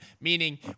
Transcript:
meaning